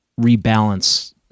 rebalance